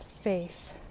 faith